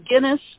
Guinness